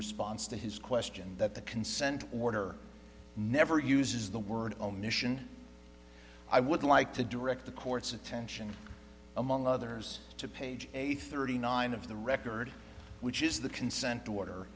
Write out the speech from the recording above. response to his question that the consent order never uses the word omission i would like to direct the court's attention among others to page a thirty nine of the record which is the consent to order